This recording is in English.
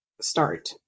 start